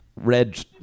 red